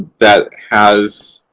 that has.